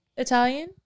Italian